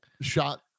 shot